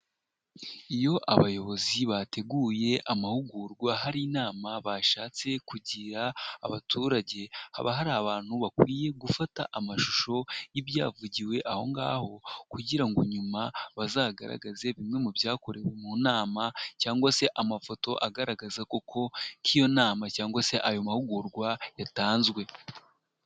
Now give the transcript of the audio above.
Iyo abayobozi bateguye amahugurwa hari inama bashatse kugira abaturage haba hari abantu bakwiye gufata amashusho y'ibyavugiwe ahongaho kugira ngo nyuma bazagaragaze bimwe mu byakorewe mu nama cyangwa se amafoto agaragaza koko ko iyo nama cyangwa se ayo mahugurwa yatanzwe.